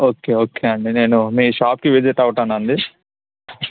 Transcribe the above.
okay okay అండి నేను మీ షాప్కి విసిట్ అవుతానండి